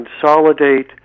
consolidate